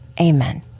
amen